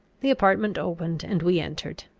the apartment opened, and we entered.